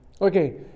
Okay